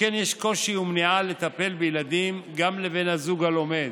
יש קושי ומניעה לטפל בילדים גם לבן הזוג הלומד,